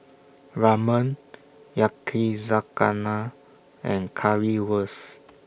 Ramen Yakizakana and Currywurst